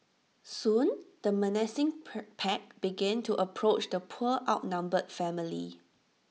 soon the menacing per pack began to approach the poor outnumbered family